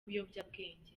ibiyobyabwenge